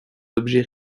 objets